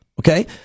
Okay